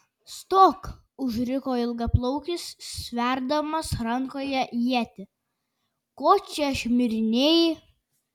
stok užriko ilgaplaukis sverdamas rankoje ietį ko čia šmirinėji